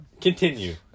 Continue